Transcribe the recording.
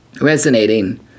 resonating